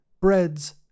breads